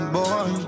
boy